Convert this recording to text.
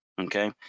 okay